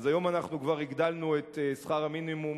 אז היום אנחנו כבר הגדלנו את שכר המינימום,